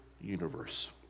universe